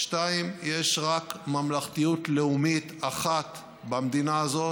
2. יש רק ממלכתיות לאומית אחת במדינה הזו.